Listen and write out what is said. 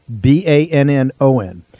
B-A-N-N-O-N